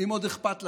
אם עוד אכפת לכם,